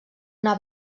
una